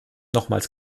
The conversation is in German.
nochmals